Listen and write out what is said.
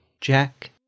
Jack